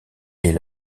est